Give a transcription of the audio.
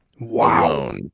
Wow